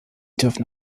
dürfen